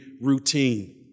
routine